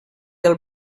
del